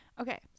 Okay